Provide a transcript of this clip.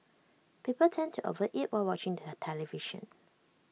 people tend to over eat while watching the television